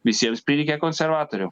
visiems prireikia konservatorių